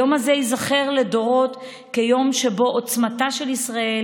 היום הזה ייזכר לדורות כיום שבו עוצמתה של ישראל